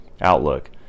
outlook